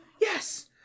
Yes